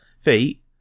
Feet